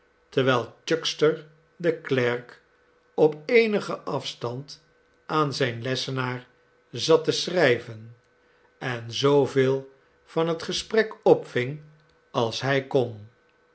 terwijl chuckster de klerk op eenigen afstand aan zijn lessenaar zat te schrijven en zooveel van het gesprek opving als hij kon